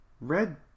red